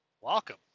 welcome